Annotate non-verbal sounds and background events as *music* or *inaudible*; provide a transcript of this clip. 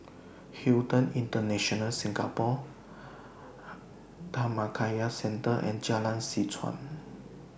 Hilton International Singapore *noise* Dhammakaya Centre and Jalan Seh Chuan